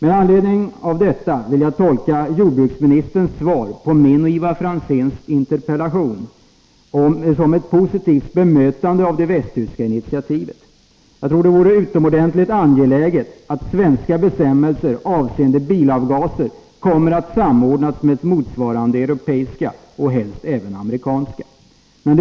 Jag vill tolka jordbruksministerns svar på min och Ivar Franzéns interpellationer som ett positivt bemötande av det västtyska initiativet. Jag tror det vore utomordentligt angeläget att svenska bestämmelser avseende bilavgaser samordnades med motsvarande europeiska och helst även amerikanska bestämmelser.